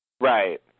Right